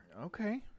Okay